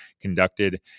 conducted